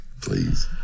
Please